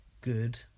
good